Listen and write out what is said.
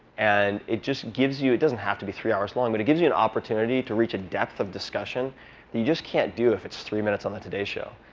and it just gives you it doesn't have to be three hours long. but it gives you an opportunity to reach a depth of discussion that you just can't do if it's three minutes on the today show.